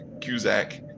Cusack